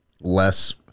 less